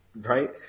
right